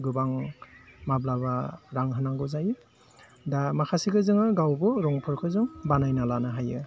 गोबां माब्लाबा रां होनांगौ जायो दा माखासेखो जोङो गावबो रंफोरखो जों बानायना लानो हायो